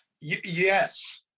Yes